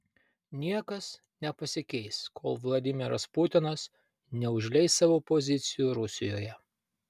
niekas nepasikeis kol vladimiras putinas neužleis savo pozicijų rusijoje